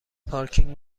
پارکینگ